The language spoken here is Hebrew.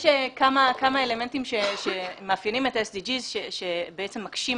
יש כמה אלמנטים שמאפיינים את ה- SDGsובעצם מקשים